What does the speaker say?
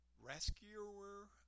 rescuer